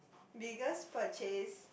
biggest purchase